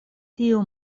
tiu